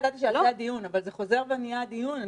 אבל זה חוזר ונהיה הדיון.